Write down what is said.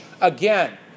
Again